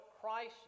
Christ